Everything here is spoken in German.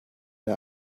der